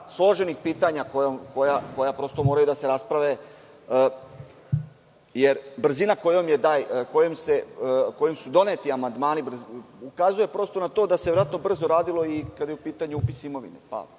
složenih pitanja koja moraju da se isprave jer brzina kojom su doneti amandmani ukazuje na to da se verovatno brzo radilo i kad je u pitanju upis imovine.